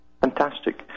Fantastic